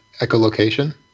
echolocation